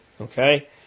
okay